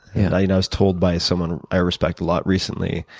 and i was told by someone i respect a lot, recently,